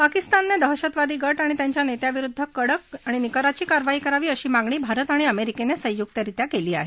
पाकिस्तानने दहशतवादी गट आणि त्यांच्या नेत्यांविरुद्ध कडक आणि निकराची कारवाई करावी अशी मागणी भारत आणि अमेरिकेने संयुक्तरित्या केली आहे